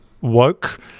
woke